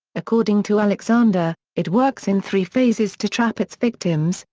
according to alexander, it works in three phases to trap its victims,